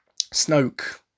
Snoke